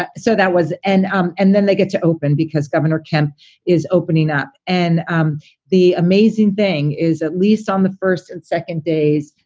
but so that was and um and then they get to open because governor kemp is opening up. and um the amazing thing is, at least on the first and second days,